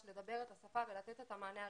ת"ש לדבר את השפה ולתת את המענה הרגשי.